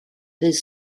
ddydd